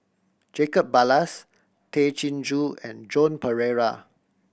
Jacob Ballas Tay Chin Joo and Joan Pereira